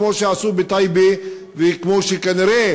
כמו שעשו בטייבה וכמו שכנראה,